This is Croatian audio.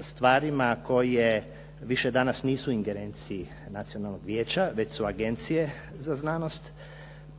stvarima koje više danas nisu u ingerenciji Nacionalnog vijeća već su agencije za znanost